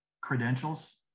credentials